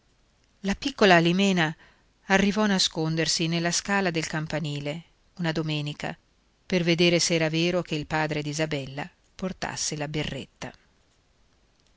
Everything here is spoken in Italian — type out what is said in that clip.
la piccola alimena arrivò a nascondersi nella scala del campanile una domenica per vedere se era vero che il padre d'isabella portasse la berretta